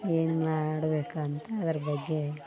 ಏನು ಮಾಡ್ಬೇಕಂತ ಅದ್ರ ಬಗ್ಗೆ